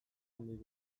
handirik